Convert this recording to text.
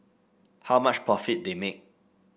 how much profit they make